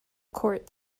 court